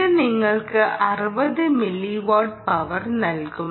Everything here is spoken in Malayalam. ഇത് നിങ്ങൾക്ക് 60 മില്ലി വാട്ട് പവർ നൽകും